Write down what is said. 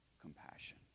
compassion